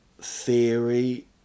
theory